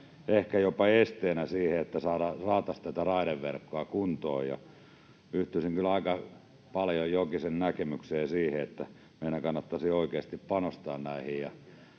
ehkä jopa esteenä siinä, että saataisiin tätä raideverkkoa kuntoon, ja yhtyisin kyllä aika paljon Jokisen näkemykseen siitä, että meidän kannattaisi oikeasti panostaa näihin.